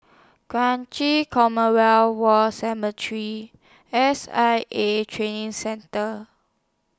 Kranji Commonwealth War Cemetery S I A Training Centre